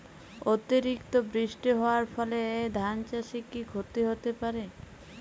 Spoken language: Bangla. অতিরিক্ত বৃষ্টি হওয়ার ফলে ধান চাষে কি ক্ষতি হতে পারে?